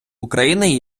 україни